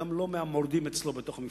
גם לא מהמורדים אצלו בתוך המפלגה.